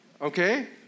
okay